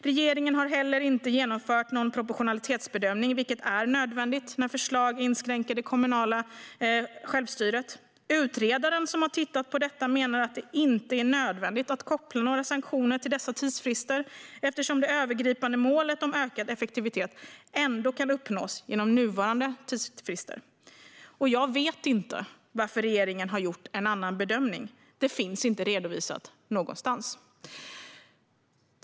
Regeringen har inte heller genomfört någon proportionalitetsbedömning, vilket är nödvändigt när förslag inskränker det kommunala självstyret. Utredaren som har tittat på detta menar att det inte är nödvändigt att koppla några sanktioner till dessa tidsfrister eftersom det övergripande målet om ökad effektivitet kan uppnås genom nuvarande tidsfrister. Jag vet inte varför regeringen har gjort en annan bedömning. Det finns inte redovisat någonstans.